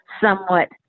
somewhat